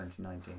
2019